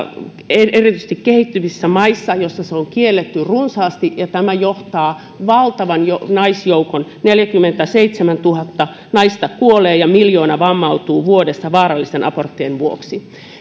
runsaasti erityisesti kehittyvissä maissa joissa se on kielletty ja tämä johtaa siihen että valtava naisjoukko neljäkymmentäseitsemäntuhatta naista kuolee ja miljoona vammautuu vuodessa vaarallisten aborttien vuoksi